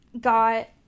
got